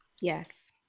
Yes